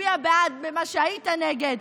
מצביע בעד למה שהיית נגד.